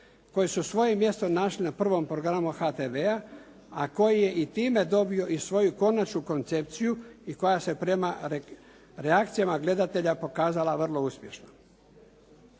koje su svoje mjesto našle na 1. programu HTV-a a koji je i time dobio i svoju konačnu koncepciju i koja se prema reakcijama gledatelja pokazala vrlo uspješnom.